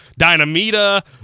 Dynamita